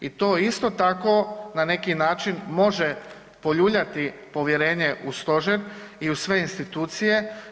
I to isto tako na neki način može poljuljati povjerenje u stožer i u sve institucije.